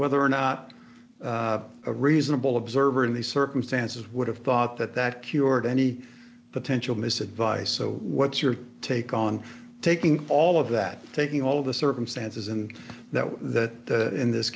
whether or not a reasonable observer in these circumstances would have thought that that cured any potential mis advice so what's your take on taking all of that taking all of the circumstances in that way that in this